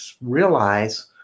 realize